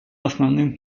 основным